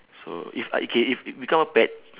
so if I K if if become a pet